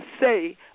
say